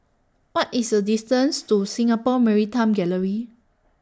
What IS The distance to Singapore Maritime Gallery